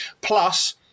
Plus –